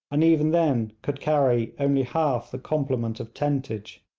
and even then could carry only half the complement of tentage.